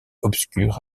obscures